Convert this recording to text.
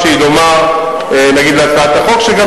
הלידה, אתה נולדת במקומות טובים, כנראה, בילסקי.